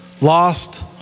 Lost